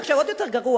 עוד יותר גרוע,